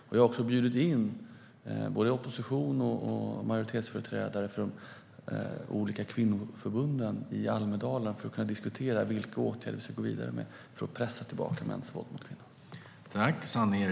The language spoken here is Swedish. Jag har också bjudit in både oppositions och majoritetsföreträdare för de olika kvinnoförbunden till Almedalen för att kunna diskutera vilka åtgärder vi ska gå vidare med för att pressa tillbaka mäns våld mot kvinnor.